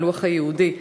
הלוח היהודי.